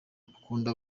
akunda